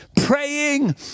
praying